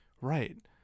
right